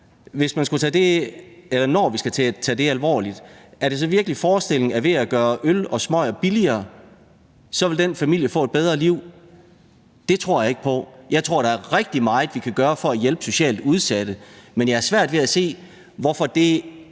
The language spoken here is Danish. vi skal tage det der eksempel alvorligt, forestiller man sig så virkelig, at hvis man gør øl og smøger billigere, vil den familie få et bedre liv? Det tror jeg ikke på. Jeg tror, der er rigtig meget, vi kan gøre for at hjælpe socialt udsatte, men jeg har svært ved at se, hvorfor det